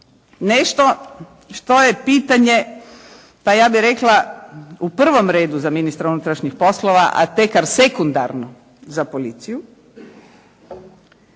nešto što je pitanje pa ja bih rekla u prvom redu za ministra unutrašnjih poslova, a tekar sekundarno za policiju